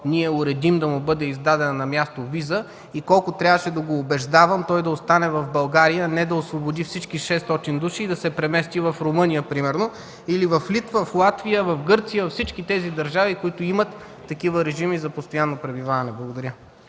ние уредим да му бъде издадена на място виза и колко трябваше да го убеждавам той да остане в България, а не да освободи всички 600 души и да се премести в Румъния, примерно, или в Литва, в Латвия, в Гърция, във всички тези държави, които имат такива режими за постоянно пребиваване. Благодаря.